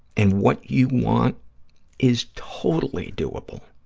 and what you want is totally doable.